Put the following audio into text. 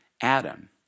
Adam